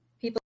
People